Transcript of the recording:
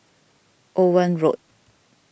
Owen Road